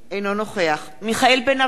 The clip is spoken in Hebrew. אינו נוכח מיכאל בן-ארי,